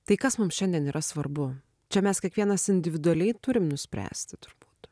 tai kas mums šiandien yra svarbu čia mes kiekvienas individualiai turim nuspręsti turbūt